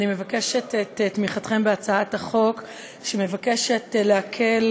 אני מבקשת את תמיכתכם בהצעת החוק שמבקשת להקל